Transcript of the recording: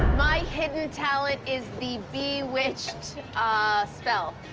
my hidden talent is the bewitched ah spell.